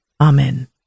Amen